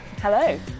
Hello